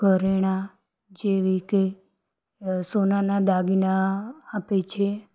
ઘરેણાં જેવી કે સોનાના દાગીના આપે છે